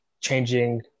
changing